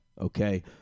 okay